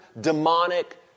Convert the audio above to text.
demonic